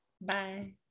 bye